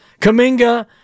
Kaminga